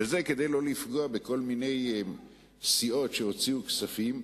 וזה כדי לא לפגוע בכל מיני סיעות שהוציאו כספים,